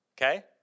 Okay